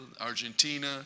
Argentina